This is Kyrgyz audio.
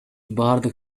бардык